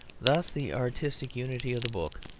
thus the artistic unity of the book,